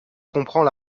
comprends